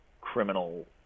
criminal